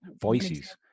Voices